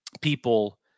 people